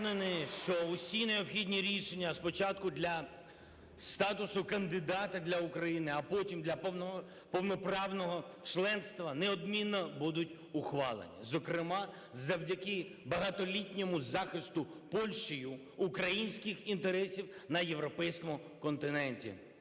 впевнений, що усі необхідні рішення спочатку для статусу кандидата для України, а потім для повноправного членства неодмінно будуть ухвалені, зокрема завдяки багатолітньому захисту Польщею українських інтересів на європейському континенті.